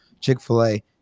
Chick-fil-A